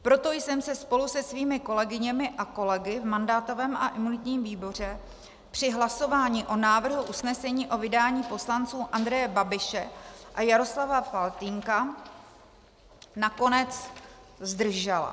Proto jsem se spolu se svými kolegyněmi a kolegy v mandátovém a imunitním výboru při hlasování o návrhu usnesení o vydání poslanců Andreje Babiše a Jaroslava Faltýnka nakonec zdržela.